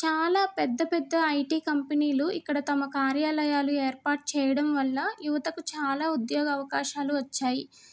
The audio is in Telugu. చాలా పెద్ద పెద్ద ఐటీ కంపెనీలు ఇక్కడ తమ కార్యాలయాలు ఏర్పాటు చేయడం వల్ల యువతకు చాలా ఉద్యోగ అవకాశాలు వచ్చాయి